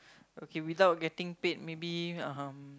okay without getting paid maybe um